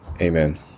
Amen